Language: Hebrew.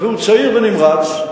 והוא צעיר ונמרץ.